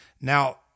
Now